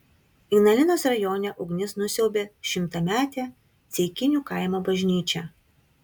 ignalinos rajone ugnis nusiaubė šimtametę ceikinių kaimo bažnyčią